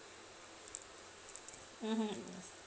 mmhmm